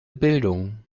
bildung